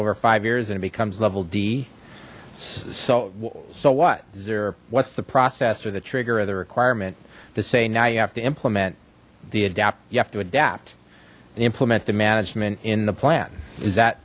over five years and it becomes level d so so what they're what's the process or the trigger of the requirement to say now you have to implement the adapt you have to adapt and implement the management in the plan is that